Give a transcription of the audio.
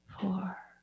four